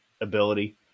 ability